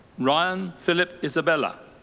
ryan philip isabella.